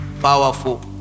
Powerful